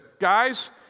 guys